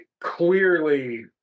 clearly